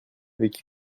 avec